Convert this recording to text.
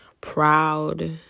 proud